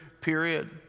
period